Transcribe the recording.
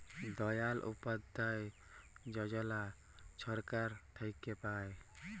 দয়াল উপাধ্যায় যজলা ছরকার থ্যাইকে পায়